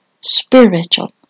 spiritual